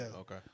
Okay